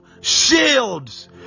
shields